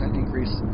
increase